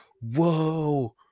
whoa